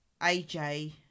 AJ